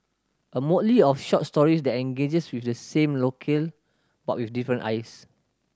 a motley of short stories that engages with the same locale but with different eyes